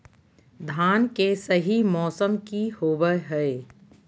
धान के सही मौसम की होवय हैय?